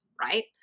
right